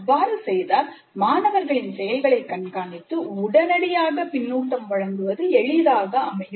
அவ்வாறு செய்தால் மாணவர்களின் செயல்களை கண்காணித்து உடனடியாக பின்னூட்டம் வழங்குவது எளிதாக அமையும்